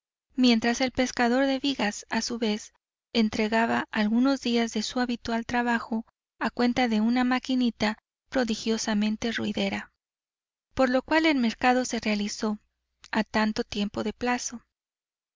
mientras el pescador de vigas a su vez entregaba algunos días de habitual trabajo a cuenta de una maquinita prodigiosamente ruidera por lo cual el mercado se realizó a tanto tiempo de plazo